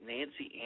Nancy